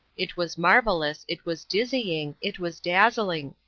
it was marvelous, it was dizzying, it was dazzling.